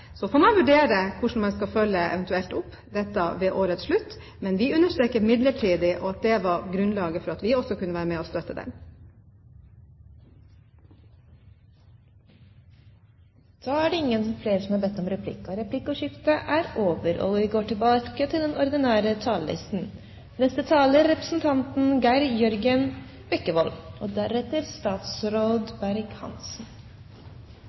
Så får man vurdere hvordan man eventuelt skal følge opp dette ved årets slutt. Men vi vil understreke «midlertidig» og at det var grunnlaget for at vi kunne være med og støtte ordningen. Replikkordskiftet er omme. Samfiske er et tema som